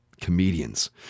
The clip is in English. comedians